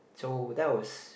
so that was